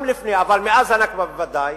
גם לפני, אבל מאז ה"נכבה" בוודאי,